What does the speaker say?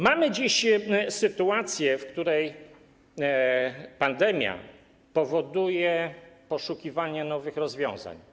Mamy dziś sytuację, w której pandemia powoduje poszukiwanie nowych rozwiązań.